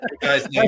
Guys